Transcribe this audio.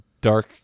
Dark